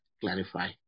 clarify